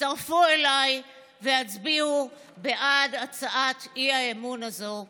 הצטרפו אליי והצביעו בעד הצעת האי-אמון הזו בממשלה.